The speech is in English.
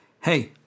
Hey